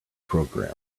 program